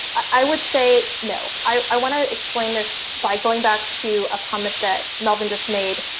i would say no. i want to explain this by going back to a comment that melvin just made,